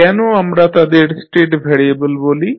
কেন আমরা তাদের স্টেট ভ্যারিয়েবল বলি